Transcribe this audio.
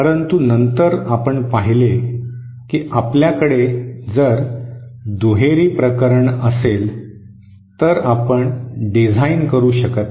परंतु नंतर आपण पाहिले की आपल्याकडे जर दुहेरी प्रकरण असेल तर आपण डिझाइन करू शकत नाही